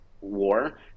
war